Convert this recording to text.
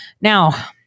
Now